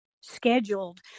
scheduled